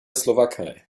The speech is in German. slowakei